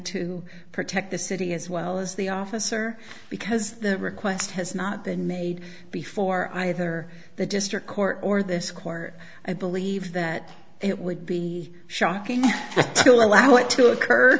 to protect the city as well as the officer because the request has not been made before either the district court or this court i believe that it would be shocking still allow it to occur